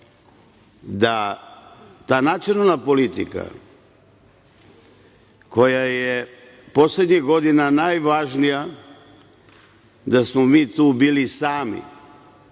Da nacionalna politika, koja je poslednjih godina najvažnija, da smo mi tu bili sami,